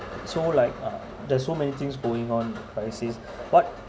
so like uh there's so many things going on crisis what